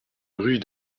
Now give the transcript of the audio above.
rue